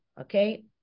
okay